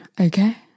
Okay